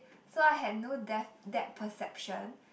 so I had no def~ depth perception